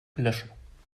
löschen